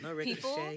people